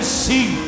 see